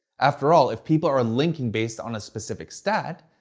afterall, if people are linking based on a specific stat,